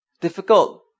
Difficult